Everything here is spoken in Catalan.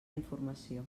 informació